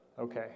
Okay